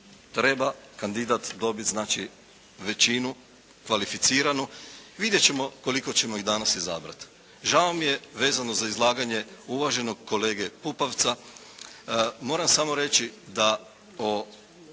Treba kandidat dobiti znači većinu, kvalificiranu. Vidjet ćemo koliko ćemo ih danas izabrati. Žao mi je vezano za izlaganje uvaženog kolege Pupovca. Moram samo reći da o